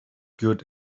good